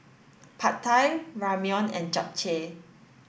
Pad Thai Ramyeon and Japchae